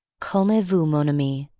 calmez vous, mon amie.